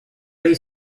lei